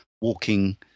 walking